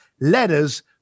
letters